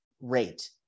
rate